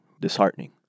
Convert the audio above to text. disheartening